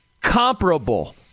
comparable